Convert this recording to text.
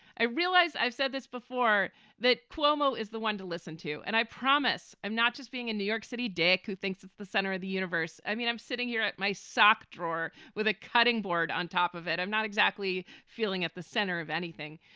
i realize i've said this before that cuomo is the one to listen to. and i promise i'm not just being in new york city, darek, who thinks it's the center of the universe. i mean, i'm sitting here at my sock drawer with a cutting board on top of it. i'm not exactly feeling at the center of anything.